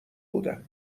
بودم